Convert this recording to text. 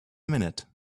minute